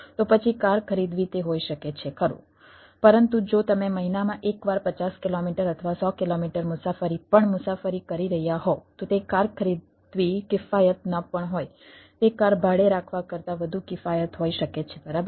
તો પછી કાર ખરીદવી તે હોઈ શકે છે ખરું પરંતુ જો તમે મહિનામાં એકવાર 50 કિલોમીટર અથવા 100 કિલોમીટર પણ મુસાફરી કરી રહ્યા હોવ તો તે કાર ખરીદવી કિફાયત ન પણ હોય તે કાર ભાડે રાખવા કરતાં વધુ કિફાયત હોઈ શકે છે બરાબર